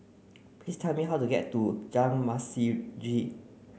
please tell me how to get to Jalan Masjid